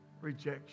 rejection